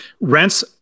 Rents